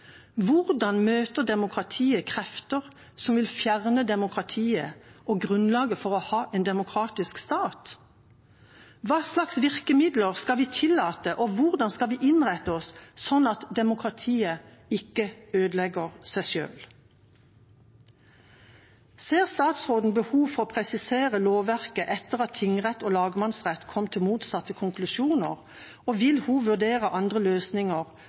Hvordan møter demokratiet krefter som vil fjerne demokratiet og grunnlaget for å ha en demokratisk stat? Hva slags virkemidler skal vi tillate, og hvordan skal vi innrette oss slik at demokratiet ikke ødelegger seg selv? Ser statsråden behov for å presisere lovverket etter at tingrett og lagmannsrett kom til motsatte konklusjoner, og vil hun vurdere andre løsninger,